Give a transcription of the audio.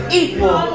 equal